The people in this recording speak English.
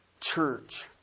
church